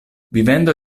vivendo